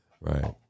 Right